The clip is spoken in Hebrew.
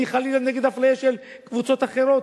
אני נגד אפליה של קבוצות אחרות.